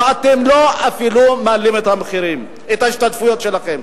ואתם אפילו לא מעלים את ההשתתפויות שלכם.